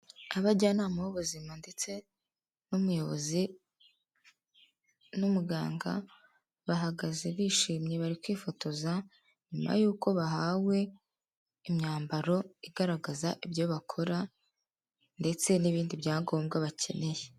Abajyanama b'ubuzima ndetse n'umuyobozi n'umuganga, bahagaze bishimye bari kwifotoza nyuma yuko bahawe imyambaro igaragaza ibyo bakora ndetse n'ibindi bya ngombwa bakeneye.